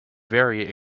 very